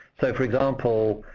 so for example,